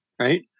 right